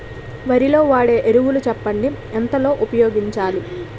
వరిలో వాడే ఎరువులు చెప్పండి? ఎంత లో ఉపయోగించాలీ?